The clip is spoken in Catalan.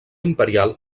imperial